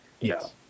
Yes